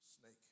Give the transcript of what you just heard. snake